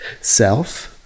self